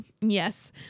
yes